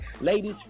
Ladies